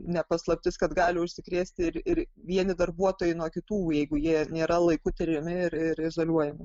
ne paslaptis kad gali užsikrėsti ir ir vieni darbuotojai nuo kitų jeigu jie nėra laiku tiriami ir ir izoliuojami